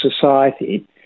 society